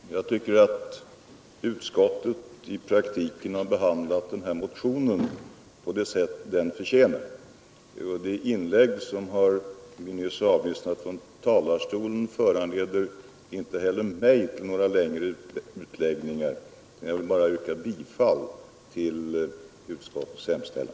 Herr talman! Jag tycker att utskottet i praktiken har behandlat den här motionen på det sätt den förtjänar. Det inlägg som vi nyss har avlyssnat från talarstolen föranleder mig inte heller till några längre utläggningar. Jag vill bara yrka bifall till utskottets hemställan.